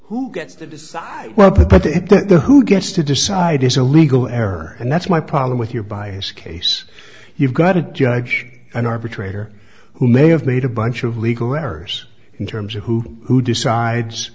who gets to decide what the but if the who gets to decide is a legal error and that's my problem with your bias case you've got a judge an arbitrator who may have made a bunch of legal errors in terms of who who decides